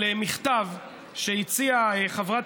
על מכתב שהציעה חברת